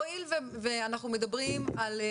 הואיל ואנחנו מדברים על,